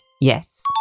Yes